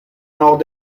nord